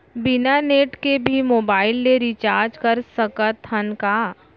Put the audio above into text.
बिना नेट के भी मोबाइल ले रिचार्ज कर सकत हन का?